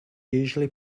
usually